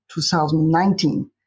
2019